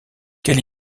quelle